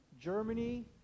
Germany